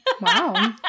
wow